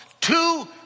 two